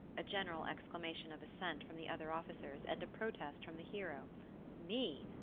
a general exclamation of assent from the other officers, and a protest from the hero me?